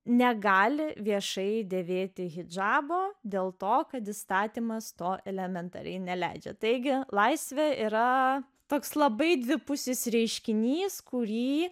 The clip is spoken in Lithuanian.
negali viešai dėvėti hidžabo dėl to kad įstatymas to elementariai neleidžia taigi laisvė yra toks labai dvipusis reiškinys kurį